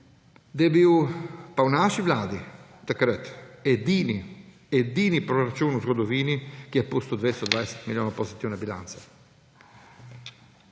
je bil pa v naši vladi takrat edini, edini proračun v zgodovini, ki je pustil 220 milijonov pozitivne bilance.